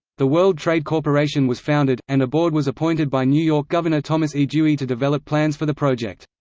the world trade corporation was founded, and a board was appointed by new york governor thomas e. dewey to develop plans for the project.